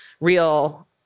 real